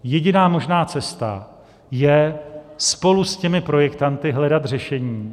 Jediná možná cesta je spolu s těmi projektanty hledat řešení.